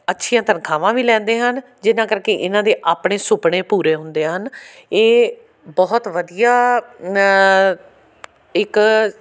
ਅੱਛੀਆਂ ਤਨਖਾਹਾਂ ਵੀ ਲੈਂਦੇ ਹਨ ਜਿਹਨਾਂ ਕਰਕੇ ਇਹਨਾਂ ਦੇ ਆਪਣੇ ਸੁਪਨੇ ਪੂਰੇ ਹੁੰਦੇ ਹਨ ਇਹ ਬਹੁਤ ਵਧੀਆ ਇੱਕ